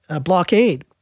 blockade